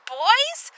boys